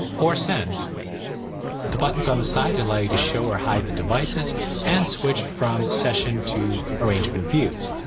or sends the buttons on the side allow you to show or hide the devices and switch from session to arrangement views.